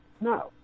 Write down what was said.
No